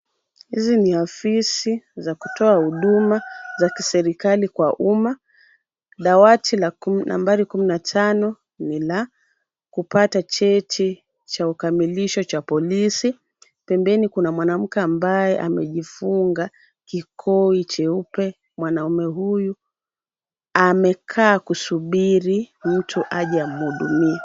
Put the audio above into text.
Hizi ni afisi za kutoa huduma za kiserikali kwa umma. Dawati la nambari ya kumi na tano ni la kupata cheti cha ukamilisho cha polisi. Pembeni kuna mwanamke ambaye amejifunga kikosi cheupe. Mwanaume huyu amekaa kusubiri mtu aje amhudumie.